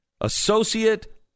Associate